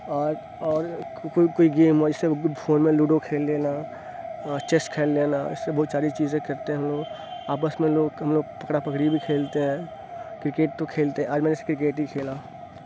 اور اور کوئی کوئی گیم ہوا جیسے وہ فون میں لوڈو کھیل لینا چیس کھیل لینا ایسی بہت ساری چیزیں کرتے ہیں ہم لوگ آپس میں لوگ ہم لوگ پکڑا پکڑی بھی کھیلتے ہیں کرکٹ تو کھیلتے ہیں آج میں نے صرف کرکٹ ہی کھیلا